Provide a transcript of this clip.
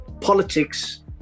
politics